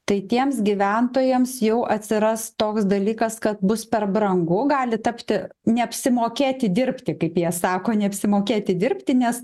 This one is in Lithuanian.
tai tiems gyventojams jau atsiras toks dalykas kad bus per brangu gali tapti neapsimokėti dirbti kaip jie sako neapsimokėti dirbti nes